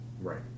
Right